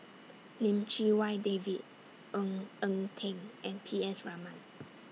Lim Chee Wai David Ng Eng Teng and P S Raman